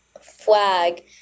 flag